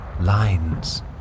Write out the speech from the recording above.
lines